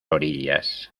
orillas